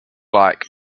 like